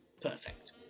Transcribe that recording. Perfect